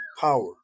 power